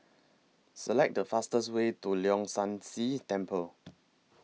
Select The fastest Way to Leong San See Temple